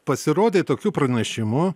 pasirodė tokių pranešimų